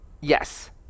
Yes